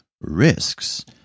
risks